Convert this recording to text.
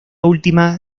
última